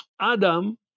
Adam